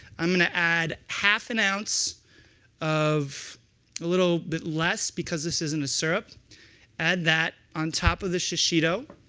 i'm going to add half an ounce of a little bit less, because this isn't a syrup add that on top of the shishito.